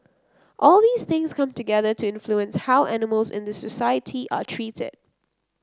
all these things come together to influence how animals in the society are treated